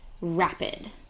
rapid